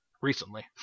recently